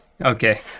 Okay